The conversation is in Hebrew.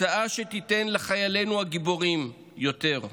היא הצעה שתיתן לחיילינו הגיבורים יותר.